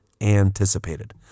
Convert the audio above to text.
anticipated